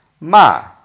ma